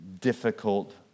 difficult